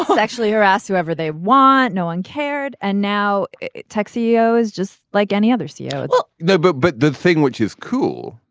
ah but actually harass whoever they want. no one cared. and now tuxedo is just like any other ceo no. but but the thing which is cool.